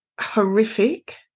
horrific